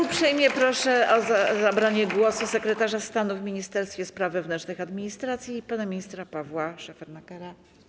Uprzejmie proszę o zabranie głosu sekretarza stanu w Ministerstwie Spraw Wewnętrznych i Administracji pana ministra Pawła Szefernakera.